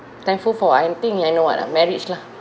thankful for I think I know what ah marriage lah